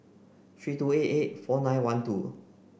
three two eight eight four nine one two